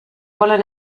wollen